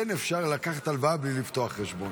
כן אפשר לקחת הלוואה בלי לפתוח חשבון.